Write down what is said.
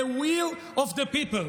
The will of the people.